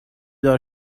دار